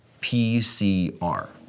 PCR